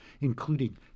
including